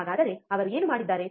ಹಾಗಾದರೆ ಅವರು ಏನು ಮಾಡಿದ್ದಾರೆ